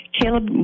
Caleb